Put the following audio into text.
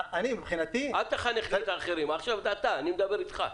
אל תחנך את האחרים, אני מדבר איתך.